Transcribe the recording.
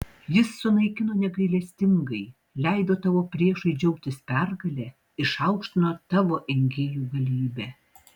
jis sunaikino negailestingai leido tavo priešui džiaugtis pergale išaukštino tavo engėjų galybę